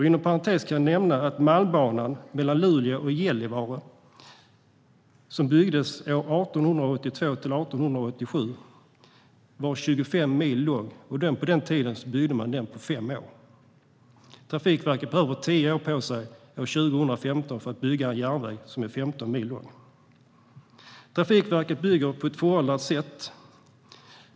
Inom parentes kan jag nämna att Malmbanan mellan Luleå och Gällivare, som byggdes år 1882-1887, är 25 mil lång, och på den tiden byggde man den på fem år. Trafikverket behöver tio år på sig år 2015 för att bygga en järnväg som är 15 mil lång. Trafikverket bygger järnväg på ett mycket föråldrat sätt.